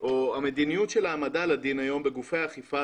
או המדיניות של העמדה לדין היום בגופי האכיפה,